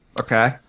Okay